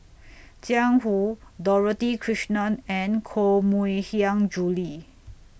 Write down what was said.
Jiang Hu Dorothy Krishnan and Koh Mui Hiang Julie